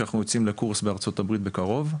שאנחנו יוצאים לקורס בארצות הברית בקרוב.